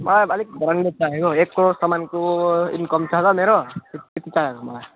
मलाई अलिक भन्नुहोस् त यो यसको सामानको इन्कम छ त मेरो